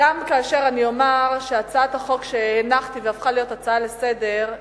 גם כאשר אני אומר שהצעת החוק שהנחתי והפכה להיות הצעה לסדר-היום